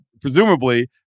presumably